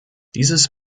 dieses